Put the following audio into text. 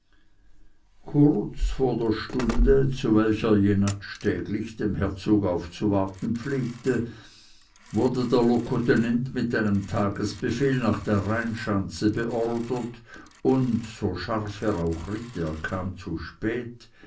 kurz vor der stunde zu welcher jenatsch täglich dem herzog aufzuwarten pflegte wurde der locotenent mit einem tagesbefehl nach der rheinschanze beordert und so scharf er auch ritt er kam zu spät